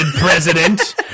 president